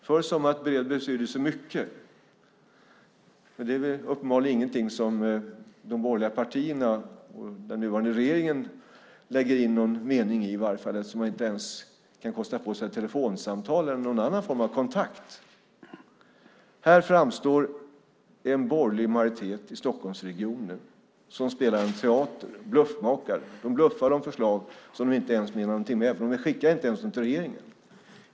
Förr sade man att ett brev betyder så mycket. Men det är uppenbarligen ingenting som de borgerliga partierna och den nuvarande regeringen lägger in någon mening i, eftersom de inte ens kan kosta på sig ett telefonsamtal eller ta någon annan form av kontakt. Här framstår en borgerlig majoritet i Stockholmsregionen som spelar en teater. De är bluffmakare. De bluffar om förslag som de inte menar någonting med, för de skickar dem inte ens till regeringen.